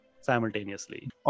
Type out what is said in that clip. simultaneously